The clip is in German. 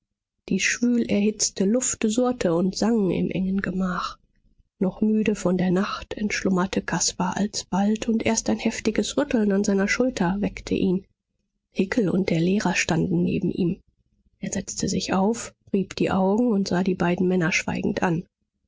die schwül erhitzte luft surrte und sang im engen gemach noch müde von der nacht entschlummerte caspar alsbald und erst ein heftiges rütteln an seiner schulter weckte ihn hickel und der lehrer standen neben ihm er setzte sich auf rieb die augen und sah die beiden männer schweigend an